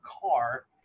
car